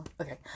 Okay